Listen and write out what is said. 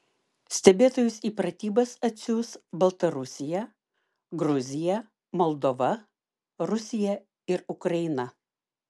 stebėtojus į pratybas atsiųs baltarusija gruzija moldova rusija ir ukraina